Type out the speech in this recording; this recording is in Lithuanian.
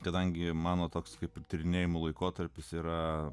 kadangi mano toks kaip tyrinėjimų laikotarpis yra